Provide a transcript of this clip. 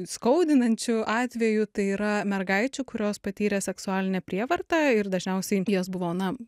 skaudinančių atvejų tai yra mergaičių kurios patyrė seksualinę prievartą ir dažniausiai jos buvo na